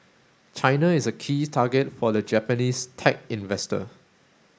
China is a key target for the Japanese tech investor